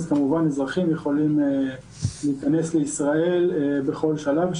אז כמובן שאזרחים יכולים להיכנס לישראל בכל שלב,